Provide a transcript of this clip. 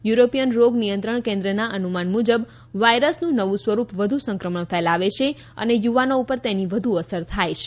European રોગ નિયંત્રણ કેન્દ્રના અનુમાન મુજબ વાયરસનું નવું સ્વરૂપ વધુ સંક્રમણ ફેલાવે છે અને યુવાનો ઉપર તેની વધુ અસર થાય છે